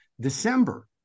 December